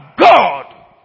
God